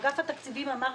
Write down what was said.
אגף התקציבים אמר,